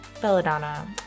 Belladonna